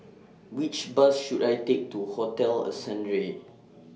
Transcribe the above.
Which Bus should I Take to Hotel Ascendere